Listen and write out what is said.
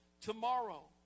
tomorrow